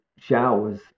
showers